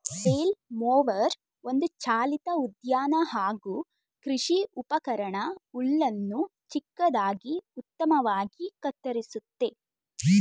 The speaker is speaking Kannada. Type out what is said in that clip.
ಫ್ಲೇಲ್ ಮೊವರ್ ಒಂದು ಚಾಲಿತ ಉದ್ಯಾನ ಹಾಗೂ ಕೃಷಿ ಉಪಕರಣ ಹುಲ್ಲನ್ನು ಚಿಕ್ಕದಾಗಿ ಉತ್ತಮವಾಗಿ ಕತ್ತರಿಸುತ್ತೆ